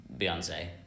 Beyonce